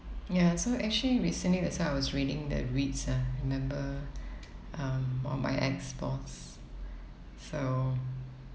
ya so actually recently that's why I was reading the R_E_I_Ts ah remember um for my ex boss so